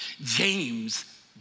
James